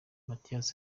mathias